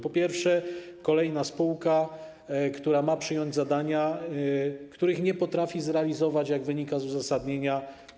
Po pierwsze, agencja to kolejna spółka, która ma przejąć zadania, których nie potrafi zrealizować, jak wynika z uzasadnienia.